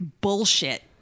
bullshit